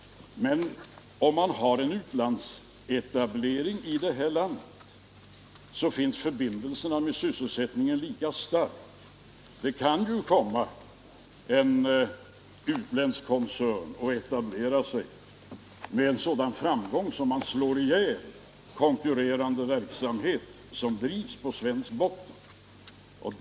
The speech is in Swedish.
Men om det sker en utlandsetablering här i landet så är förbindelserna med sysselsättningen lika starka. En utländsk koncern kan ju etablera sig här med sådan framgång att den slår ihjäl konkurrerande verksamhet som drivs på svensk botten.